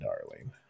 darling